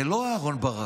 זה לא אהרן ברק,